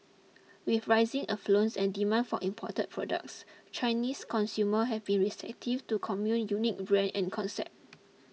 with rising affluence and demand for imported products Chinese consumers have been receptive to Commune unique brand and concept